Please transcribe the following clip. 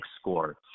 score